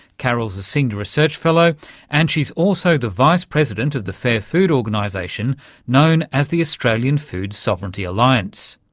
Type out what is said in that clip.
carol's a senior research fellow and she's also the vice-president of the fair food organisation known as the australian food sovereignty alliance.